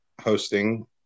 hosting